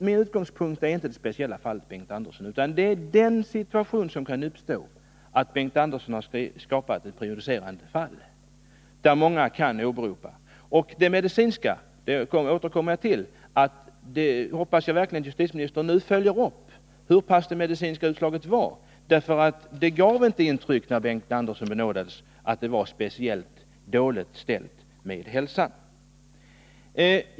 Min utgångspunkt är inte det speciella fallet Bengt Andersson, utan det är den situation som kan uppstå genom att Bengt Andersson har skapat ett prejudicerande fall som många kan åberopa. Jag återkommer till det medicinska utslaget och hoppas verkligen att justitieministern följer upp hur starka de medicinska skälen var. Jag fick nämligen inte det intrycket när Bengt Andersson benådades att det skulle vara speciellt dåligt ställt med hans hälsa.